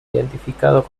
identificados